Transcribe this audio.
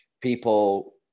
people